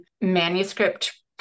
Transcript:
manuscript